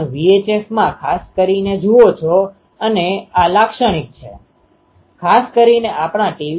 પરંતુ તમે પેટર્નના ગુણાકારની સહાય લઈ શકો છો પરંતુ આથી પણ મહત્વનું છે કે જો આપણી પાસે આ વસ્તુ હોય તો આપણે સામાન્ય રીતે તારવી પણ શકીએ છીએ